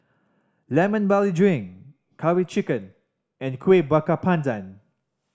Lemon Barley Drink Curry Chicken and Kueh Bakar Pandan